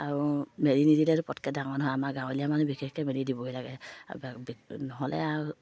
আৰু মেলি নিদিলে আৰু পটককৈ ডাঙৰ নহয় আমাৰ গাঁৱলীয়া মানুহ বিশেষকৈ মেলি দিবই লাগে আৰু নহ'লে আৰু